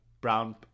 brown